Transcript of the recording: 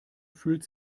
fühlt